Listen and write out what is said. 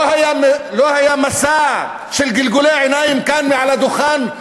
לא היה מסע של גלגולי עיניים כאן מעל הדוכן,